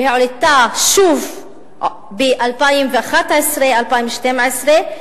והעלתה שוב ב-2011 2012,